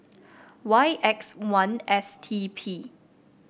Y X one S T P